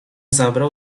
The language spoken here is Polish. zabrał